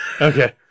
Okay